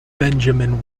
benjamin